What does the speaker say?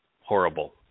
horrible